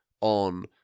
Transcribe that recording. on